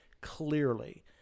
Clearly